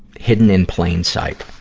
hidden in plain sight.